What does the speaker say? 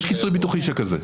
יש כיסוי ביטוחי שכזה.